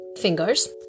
fingers